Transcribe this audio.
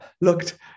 looked